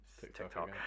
TikTok